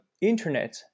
internet